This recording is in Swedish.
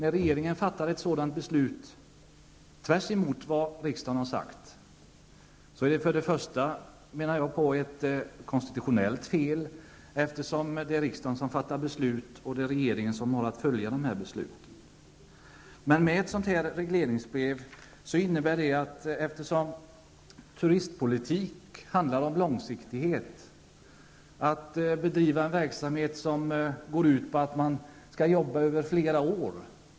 Att regeringen har fattat ett beslut som går tvärs emot vad riksdagen har sagt är, menar jag, ett konstitutionellt fel, eftersom regeringen har att följa beslut som fattats av riksdagen. Turistpolitik handlar om långsiktighet, att bedriva en verksamhet som går ut på att man skall jobba över flera år.